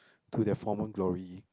to their former glory